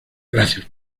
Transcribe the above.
gracias